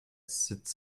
sits